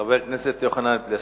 חבר הכנסת יוחנן פלסנר,